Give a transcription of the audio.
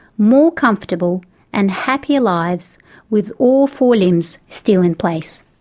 more comfortable and happy lives with all four limbs still in place.